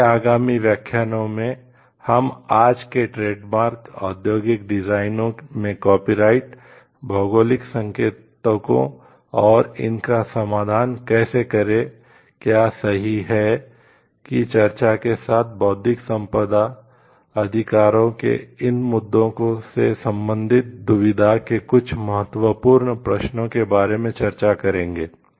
अगले आगामी व्याख्यानों में हम आज के ट्रेडमार्क भौगोलिक संकेतकों और इनका समाधान कैसे करें क्या सही है की चर्चा के साथ बौद्धिक संपदा अधिकारों के इन मुद्दों से संबंधित दुविधा के कुछ महत्वपूर्ण प्रश्नों के बारे में चर्चा करेंगे